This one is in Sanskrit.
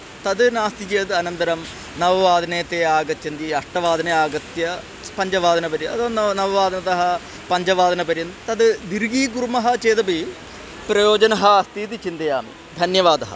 तद नास्ति चेद् अनन्तरं नववादने ते आगच्छन्ति अष्टवादने आगत्य पञ्चवादनपर्यन्तम् अथवा नव नववादनतः पञ्चवादनपर्यन्तं तद् दीर्घीकुर्मः चेदपि प्रयोजनम् अस्ति इति चिन्तयामि धन्यवादः